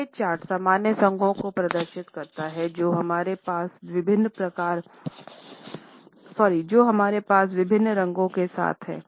यह चार्ट सामान्य संघों को प्रदर्शित करता है जो हमारे पास विभिन्न रंगों के साथ हैं